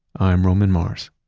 i'm roman mars